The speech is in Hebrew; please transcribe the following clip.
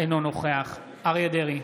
אינו נוכח אריה מכלוף דרעי,